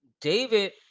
David